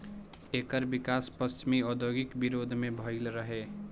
एकर विकास पश्चिमी औद्योगिक विरोध में भईल रहे